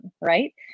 right